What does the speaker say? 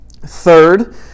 Third